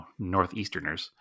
Northeasterners